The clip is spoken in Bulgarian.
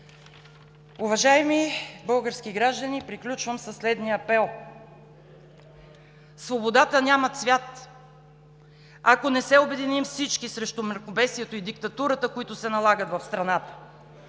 Уважаеми български граждани, приключвам със следния апел: свободата няма цвят. Ако не се обединим всички срещу мракобесието и диктатурата, които се налагат в страната,